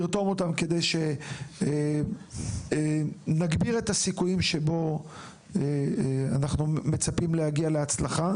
כדי שנגביר את הסיכויים שבהם אנחנו מצפים להגיע להצלחה?